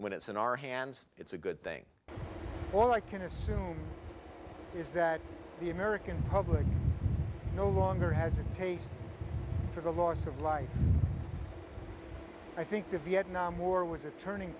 when it's in our hands it's a good thing all i can assume is that the american public no longer has a taste for the loss of life i think the vietnam war was a turning